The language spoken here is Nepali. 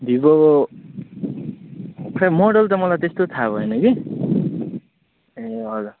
भिभो खै मोडल त मलाई त्यस्तो थाह भएन कि ए हजुर